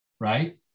right